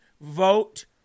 vote